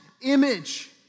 image